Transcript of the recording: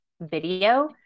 video